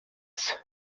splits